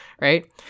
right